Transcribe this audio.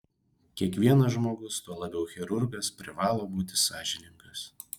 kiekvienas žmogus tuo labiau chirurgas privalo būti sąžiningas